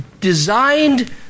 designed